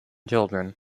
children